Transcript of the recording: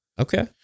Okay